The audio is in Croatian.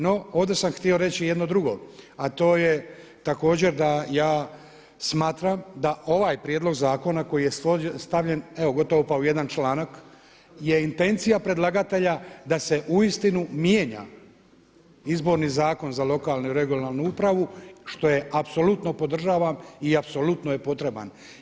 No, ovdje sam htio reći jedno drugo, a to je također da ja smatram da ovaj prijedlog zakona koji je stavljen evo gotovo pa u jedan članak je intencija predlagatelja da se uistinu mijenja Izborni zakon za lokalnu i regionalnu upravu što apsolutno podržavam i apsolutno je potreban.